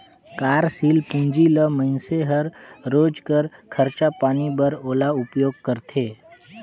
कारसील पूंजी ल मइनसे हर रोज कर खरचा पानी बर ओला उपयोग करथे